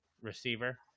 receiver